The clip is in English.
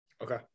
Okay